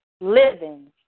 living